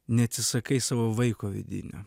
neatsisakai savo vaiko vidinio